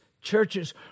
churches